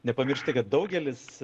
nepamiršti kad daugelis